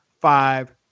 Five